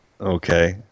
okay